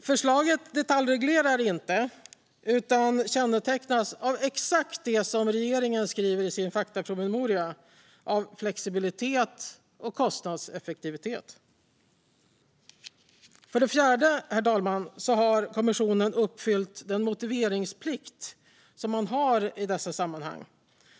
Förslaget detaljreglerar inte, utan kännetecknas av exakt det som regeringen skriver i sin faktapromemoria: flexibilitet och kostnadseffektivitet. Herr talman! För det fjärde: Kommissionen har klart uppfyllt den motiveringsplikt som den har i dessa sammanhang.